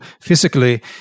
physically